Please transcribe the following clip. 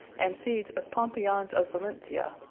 and seeds of pompions of valencia,